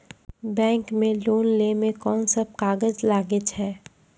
Bank मे loan लै मे कोन सब कागज लागै छै?